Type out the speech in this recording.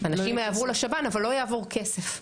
אנשים יעברו לשב"ן אבל לא יעבור כסף.